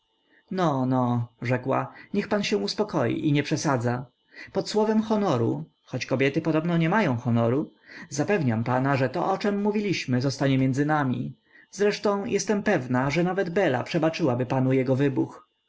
rzekła niech pan się uspokoi i nie przesadza pod słowem honoru choć kobiety podobno nie mają honoru zapewniam pana że to o czem mówiliśmy zostanie między nami zresztą jestem pewna że nawet bela przebaczyłaby panu jego wybuch